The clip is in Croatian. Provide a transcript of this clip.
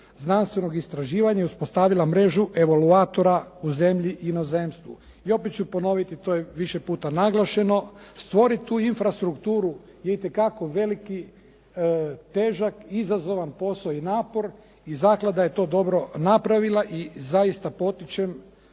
znanstvenog istraživanja i uspostavila mrežu evaulatora u zemlji i inozemstvu. I opet ću ponoviti to je više puta naglašeno, stvoriti tu infrastrukturu itekako veliki, težak i izazivan posao i napor i zaklada je to dobro napravila. I zaista potičem